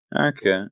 Okay